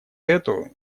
эту